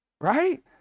Right